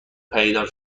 پدیدار